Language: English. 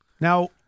Now